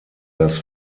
das